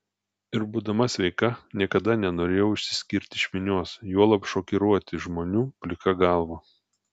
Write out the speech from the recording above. ir būdama sveika niekada nenorėjau išsiskirti iš minios juolab šokiruoti žmonių plika galva